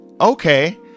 Okay